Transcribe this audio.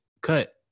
cut